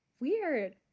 Weird